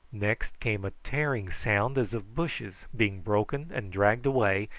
next came a tearing sound as of bushes being broken and dragged away,